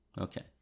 Okay